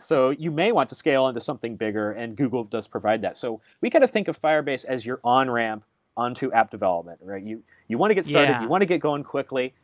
so you may want to scale into something bigger and google does provide that. so we kind of think of firebase as your on-ramp onto app development. you you want to get started. you want to get going quickly.